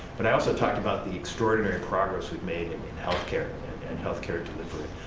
but i also talked about the extraordinary progress we've made in healthcare and healthcare delivery.